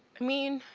i mean,